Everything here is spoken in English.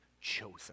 chosen